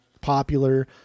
popular